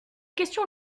question